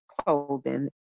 clothing